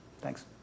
Thanks